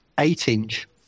eight-inch